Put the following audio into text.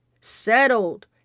settled